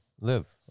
live